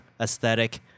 aesthetic